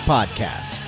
Podcast